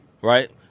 right